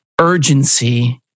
urgency